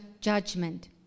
judgment